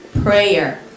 prayer